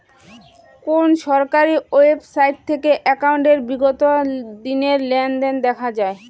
কোন সরকারি ওয়েবসাইট থেকে একাউন্টের বিগত দিনের লেনদেন দেখা যায়?